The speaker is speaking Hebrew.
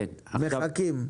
מחכים?